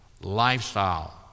lifestyle